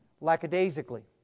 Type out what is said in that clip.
lackadaisically